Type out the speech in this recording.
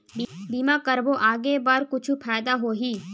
बीमा करबो आगे बर कुछु फ़ायदा होही?